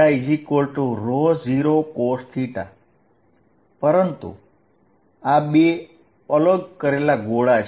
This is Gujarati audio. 0cosθ પરંતુ આ બે અલગ કરેલા ગોળા છે